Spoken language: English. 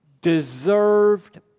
deserved